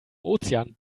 ozean